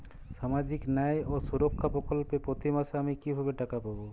সামাজিক ন্যায় ও সুরক্ষা প্রকল্পে প্রতি মাসে আমি কিভাবে টাকা পাবো?